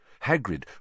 Hagrid